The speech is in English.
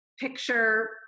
picture